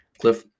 Cliff